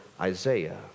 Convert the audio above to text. Isaiah